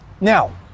now